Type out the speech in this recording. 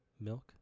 Milk